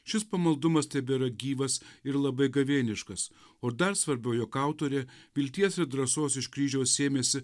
šis pamaldumas tebėra gyvas ir labai gavėniškas o dar svarbiau jog autorė vilties ir drąsos iš kryžiaus sėmėsi